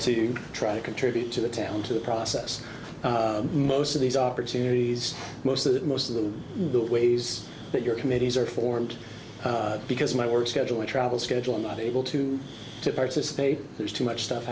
to try to contribute to the town to the process most of these opportunities most of it most of the ways that you're committees are formed because my work schedule and travel schedule i'm not able to to participate there's too much stuff